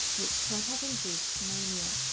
which could have induced mania.